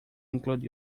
include